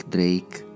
Drake